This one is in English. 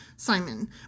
Simon